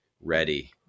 ready